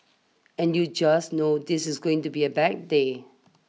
and you just know this is going to be a bad day